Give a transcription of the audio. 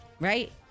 right